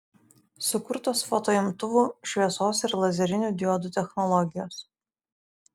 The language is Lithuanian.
sukurtos fotoimtuvų šviesos ir lazerinių diodų technologijos